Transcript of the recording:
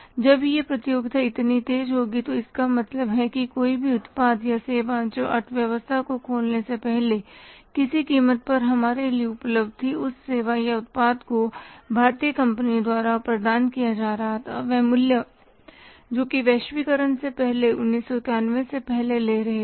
जब यह प्रतियोगिता इतनी तेज हो गई तो इसका मतलब है कि कोई भी उत्पाद या सेवा जो अर्थव्यवस्था को खोलने से पहले किसी कीमत पर हमारे लिए उपलब्ध थी और उस सेवा या उस उत्पाद को भारतीय कंपनियों द्वारा प्रदान किया जा रहा थावह मूल्य जो वे वैश्वीकरण से पहले 1991 से पहले ले रहे थे